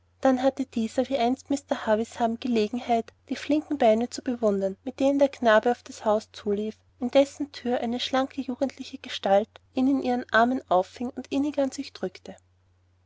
dann hatte dieser wie einst mr havisham gelegenheit die flinken beine zu bewundern mit denen der kleine auf das haus zulief m dessen thür eine schlanke jugendliche gestalt ihn in ihren armen auffing und innig an sich drückte